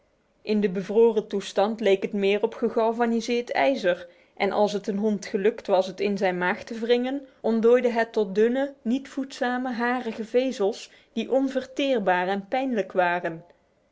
in de bevroren toestand leek het meer op gegalvaniseerd ijzer en als het een hond gelukt was het in zijn maag te wringen ontdooide het tot dunne niet voedzame harige vezels die onverteerbaar en pijnlijk waren